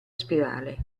spirale